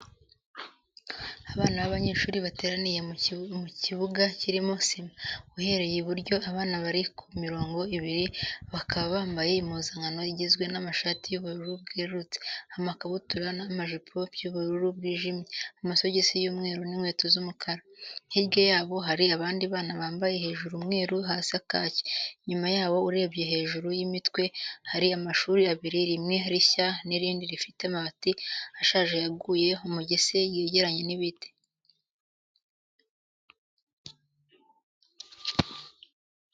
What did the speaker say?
Abana b'abanyeshuri bateraniye mu kibuga kirimo sima. Uhereye iburyo, abana bari ku mirongo ibiri bakaba bambaye impuzankano igizwe n'amashati y'ubururu bwerurutse, amakabutura n'amajipo by'ubururu bwijimye, amasogisi y'umweru n'inkweto z'umukara. Hirya ya bo hari abandi bana bambaye hejuru umweru, hasi kaki. Inyuma yabo, urebeye hejuru y'imitwe, hari amashuri abiri, rimwe rishya n'irindi rifite amabati ashaje yaguye umugese ryegeranye n'ibiti.